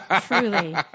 truly